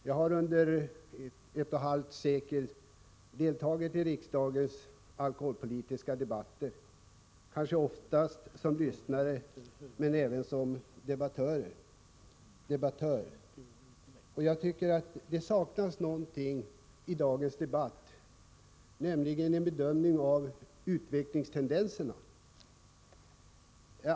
Jag har under ett och ett halvt sekel deltagit i riksdagens alkoholpolitiska debatter, kanske oftast som lyssnare men även som debattör. Jag tycker att det saknas någonting i dagens debatt, nämligen en bedömning av utvecklingstendenserna.